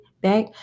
back